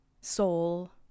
soul